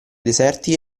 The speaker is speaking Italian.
deserti